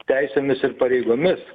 teisėmis ir pareigomis